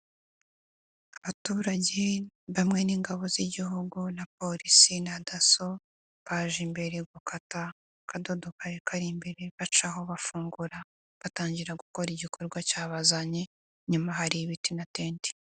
Abaturage bamwe n'ingabo z'Igihugu na Polisi na Dasso, baje imbere gukata akadodo kari kari imbere bacaho bafungura batangira gukora igikorwa cyabazanye nyuma hari ibiti natente.